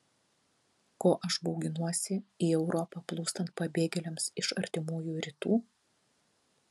ko aš bauginuosi į europą plūstant pabėgėliams iš artimųjų rytų